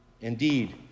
Indeed